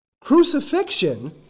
Crucifixion